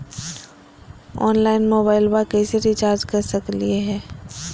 Online मोबाइलबा कैसे recharge कर सकलिए है?